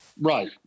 Right